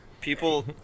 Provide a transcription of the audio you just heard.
people